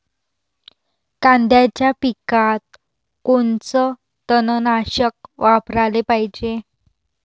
कांद्याच्या पिकात कोनचं तननाशक वापराले पायजे?